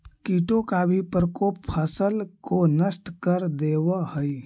कीटों का भी प्रकोप फसल को नष्ट कर देवअ हई